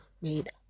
made